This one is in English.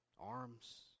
arms